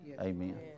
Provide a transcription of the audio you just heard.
Amen